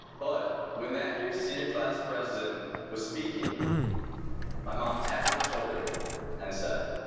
but when that year's senior class president was speaking my mom tapped my shoulder and said,